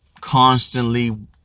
constantly